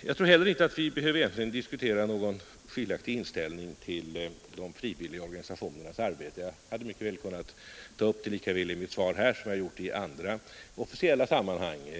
Jag tror heller inte att vi behöver diskutera någon skiljaktig inställning till de frivilliga organ sationernas arbete. Jag hade lika väl kunnat ta upp detta i mitt svar här som jag gjort i andra officiella sammanhang.